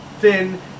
thin